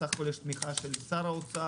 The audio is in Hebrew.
סך הכול יש תמיכה של שר האוצר,